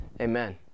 Amen